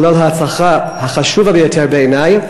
כולל ההצלחה החשובה ביותר בעיני,